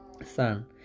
Son